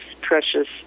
precious